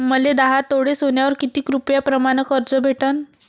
मले दहा तोळे सोन्यावर कितीक रुपया प्रमाण कर्ज भेटन?